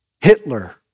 Hitler